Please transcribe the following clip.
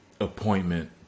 appointment